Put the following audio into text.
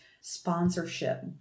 sponsorship